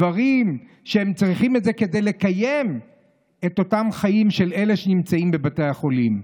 דברים שהם צריכים כדי לקיים את חייהם של אלה שנמצאים בבתי החולים.